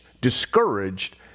discouraged